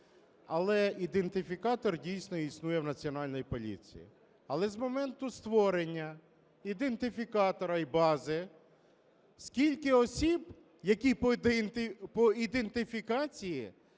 Але ідентифікатор, дійсно, існує в Національній поліції. Але з моменту створення ідентифікатора і бази скільки осіб, які по ідентифікації,